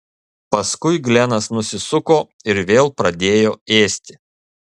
paskui glenas nusisuko ir vėl pradėjo ėsti